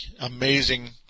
amazing